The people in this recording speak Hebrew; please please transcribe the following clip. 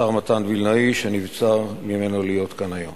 השר מתן וילנאי, שנבצר ממנו להיות כאן היום.